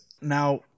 now